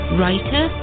writer